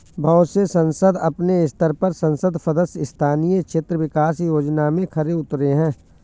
बहुत से संसद अपने स्तर पर संसद सदस्य स्थानीय क्षेत्र विकास योजना में खरे उतरे हैं